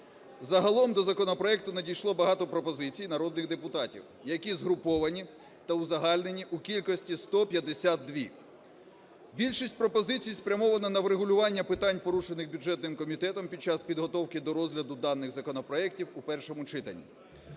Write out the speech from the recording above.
Загалом до законопроекту надійшло багато пропозицій народних депутатів, які згруповані та узагальнені у кількості 152. Більшість пропозицій спрямована на врегулювання питань, порушених бюджетним комітетом під час підготовки до розгляду даних законопроектів у першому читанні.